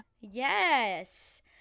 Yes